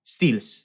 Steals